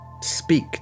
speak